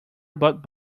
about